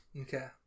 Okay